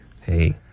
Hey